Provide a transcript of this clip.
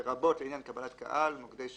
לרבות לעניין קבלת קהל, מוקדי שירות,